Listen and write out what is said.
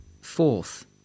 Fourth